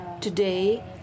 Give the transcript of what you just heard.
today